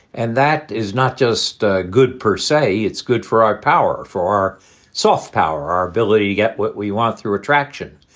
and that is not just ah good persay. it's good for our power, for soft power, our ability to get what we want through attraction.